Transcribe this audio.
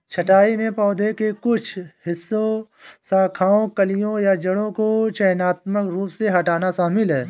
छंटाई में पौधे के कुछ हिस्सों शाखाओं कलियों या जड़ों को चयनात्मक रूप से हटाना शामिल है